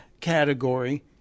category